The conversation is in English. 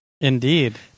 Indeed